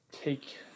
take